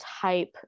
type